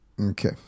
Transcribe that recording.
okay